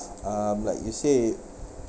um like you said